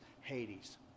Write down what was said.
Hades